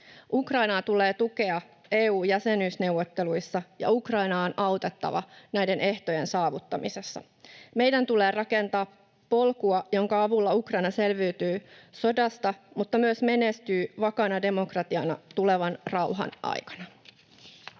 Ukrainaa tulee tukea EU-jäsenyysneuvotteluissa, ja Ukrainaa on autettava näiden ehtojen saavuttamisessa. Meidän tulee rakentaa polkua, jonka avulla Ukraina selviytyy sodasta mutta myös menestyy vakaana demokratiana tulevan rauhan aikana.